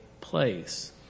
place